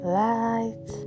light